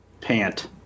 pant